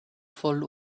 voll